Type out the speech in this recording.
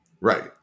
Right